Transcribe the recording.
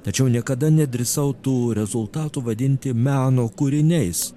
tačiau niekada nedrįsau tų rezultatų vadinti meno kūriniais